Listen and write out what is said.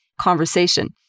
conversation